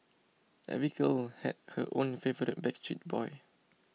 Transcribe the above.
every girl had her own favourite Backstreet Boy